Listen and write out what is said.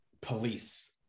police